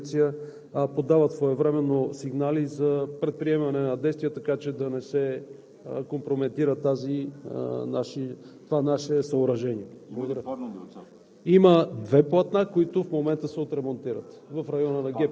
преградното съоръжение, така че всичко е наред. Колегите от „Гранична полиция“ подават своевременно сигнали за предприемане на действия, така че да не се компрометира това наше съоръжение.